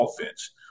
offense